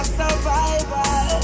survival